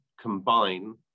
combine